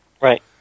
Right